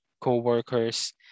co-workers